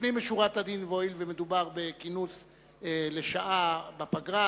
לפנים משורת הדין והואיל ומדובר בכינוס לשעה בפגרה,